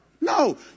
No